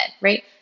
right